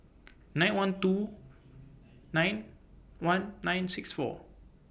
nine one two nine one nine six four